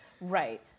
Right